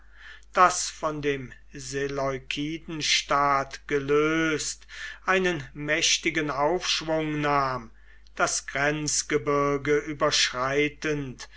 das von dem seleukidenstaat gelöst einen mächtigen aufschwung nahm das grenzgebirge überschreitend